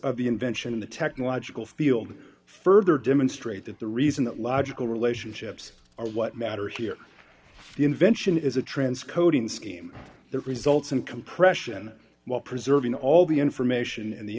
of the invention of the technological field further demonstrate that the reason that logical relationships are what matter here the invention is a trans coding scheme that results in compression while preserving all the information and the